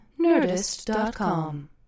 nerdist.com